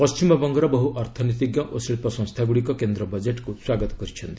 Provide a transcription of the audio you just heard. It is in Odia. ପଶ୍ଚିମବଙ୍ଗର ବହୁ ଅର୍ଥନୀତିଜ୍ଞ ଓ ଶିଳ୍ପ ସଂସ୍ଥା ଗୁଡ଼ିକ କେନ୍ଦ୍ର ବଜେଟ୍କୁ ସ୍ୱାଗତ କରିଛନ୍ତି